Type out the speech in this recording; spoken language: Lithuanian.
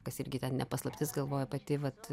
kas irgi ten ne paslaptis galvoju pati vat